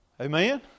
Amen